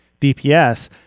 DPS